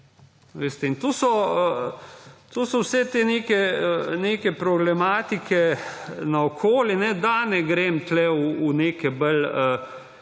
To so vse te neke problematike naokoli, da ne grem tu v neke bolj